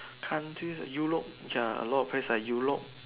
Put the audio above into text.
country Europe ya a lot of place like Europe